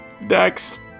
Next